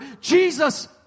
Jesus